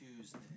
Tuesday